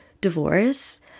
divorce